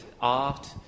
art